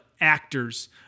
actors